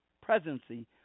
presidency